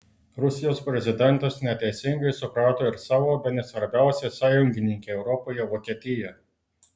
rusijos prezidentas neteisingai suprato ir savo bene svarbiausią sąjungininkę europoje vokietiją